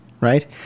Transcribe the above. right